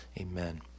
Amen